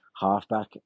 halfback